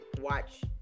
watch